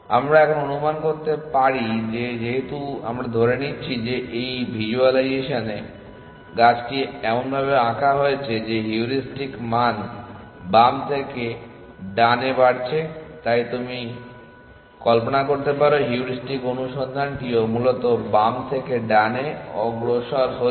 আমরা এখন অনুমান করতে পারি যে যেহেতু আমরা ধরে নিচ্ছি যে এই ভিজ্যুয়ালাইজেশনে গাছটি এমনভাবে আঁকা হয়েছে যে হিউরিস্টিক মান বাম থেকে ডানে বাড়ছে তাই তুমি কল্পনা করতে পারো হিউরিস্টিক অনুসন্ধানটিও মূলত বাম থেকে ডানে অগ্রসর হচ্ছে